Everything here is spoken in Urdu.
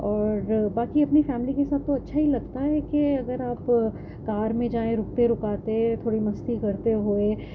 اور باقی اپنی فیملی کے ساتھ تو اچھا ہی لگتا ہے کہ اگر آپ کار میں جائیں رکتے رکاتے تھوڑی مستی کرتے ہوئے